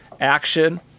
action